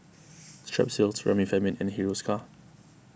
Strepsils Remifemin and Hiruscar